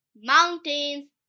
mountains